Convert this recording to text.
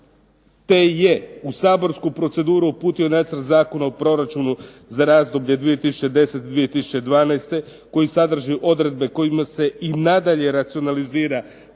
te je u saborsku proceduru uputio Nacrt zakona o proračunu za razdoblje 2010./2012. koji sadrži odredbe kojim se i nadalje racionalizira potrošnja